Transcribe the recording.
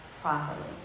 properly